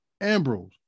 Ambrose